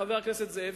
חבר הכנסת זאב,